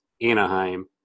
Anaheim